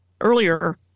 earlier